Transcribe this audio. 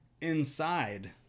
inside